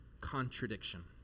contradiction